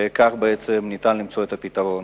וכך בעצם ניתן למצוא את הפתרון.